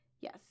Yes